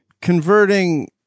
converting